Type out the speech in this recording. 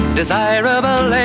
desirable